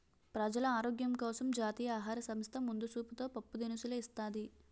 ప్రజలు ఆరోగ్యం కోసం జాతీయ ఆహార సంస్థ ముందు సూపుతో పప్పు దినుసులు ఇస్తాది